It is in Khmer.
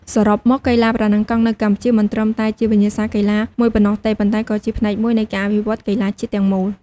សរុបមក កីឡាប្រណាំងកង់នៅកម្ពុជាមិនត្រឹមតែជាវិញ្ញាសាកីឡាមួយប៉ុណ្ណោះទេ ប៉ុន្តែក៏ជាផ្នែកមួយនៃការអភិវឌ្ឍកីឡាជាតិទាំងមូល។